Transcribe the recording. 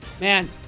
man